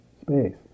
space